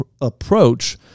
approach